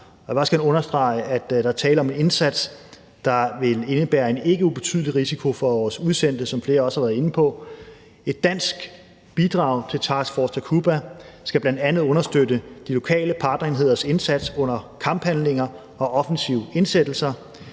også gerne understrege, at der er tale om en indsats, der vil indebære en ikke ubetydelig risiko for vores udsendte, som flere også har været inde. Et dansk bidrag til Task Force Takuba skal bl.a. understøtte de lokale partnerenheders indsats under kamphandlinger og offensive indsættelser.